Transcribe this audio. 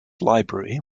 library